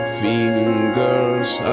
fingers